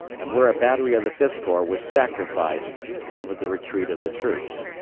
and where a battery of the fifth corps was sacrificed to cover the retreat of the troops.